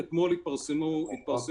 ואנחנו מאבדים את היכולת, את העצמאות התחבורתית